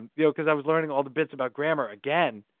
and you know, cause i was learning all the bits about grammar again.